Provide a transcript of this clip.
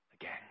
again